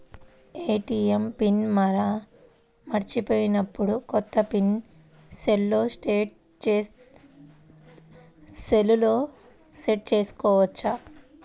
ATM PIN మరచిపోయినప్పుడు, కొత్త PIN సెల్లో సెట్ చేసుకోవచ్చా?